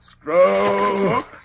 Stroke